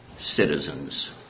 citizens